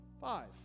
five